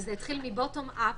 זה התחיל מ-bottom up,